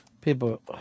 People